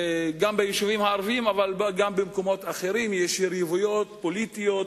גם ביישובים הערביים אבל גם במקומות אחרים יש יריבויות פוליטיות,